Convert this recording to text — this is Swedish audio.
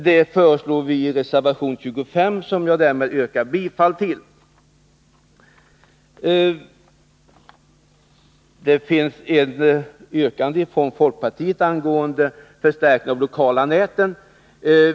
Det föreslår vi i reservation 25, som jag härmed yrkar bifall till. Det finns ett yrkande från folkpartiet angående förstärkning av de lokala elnäten.